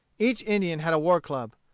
each indian had a war-club.